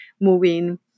moving